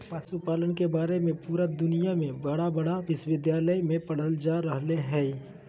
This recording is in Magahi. पशुपालन के बारे में पुरा दुनया में बड़ा बड़ा विश्विद्यालय में पढ़ाल जा रहले हइ